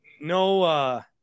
no –